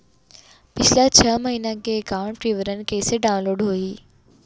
पिछला छः महीना के एकाउंट विवरण कइसे डाऊनलोड होही?